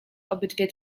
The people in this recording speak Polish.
obydwie